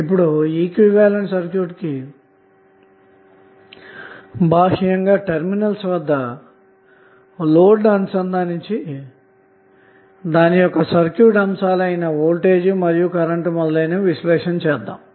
ఇప్పుడు equivalent circuit కి బాహ్యంగా టెర్మినల్స్ వద్ద లోడ్ ని అనుసంధానించి దాని యొక్క సర్క్యూట్ అంశాలు అయిన వోల్టేజ్ మరియు కరెంటు మున్నగునవి విశ్లేషణ చేస్తాము